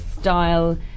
style